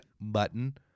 button